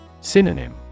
Synonym